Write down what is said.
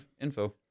info